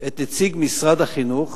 את נציג משרד החינוך